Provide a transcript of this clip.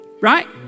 right